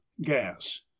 gas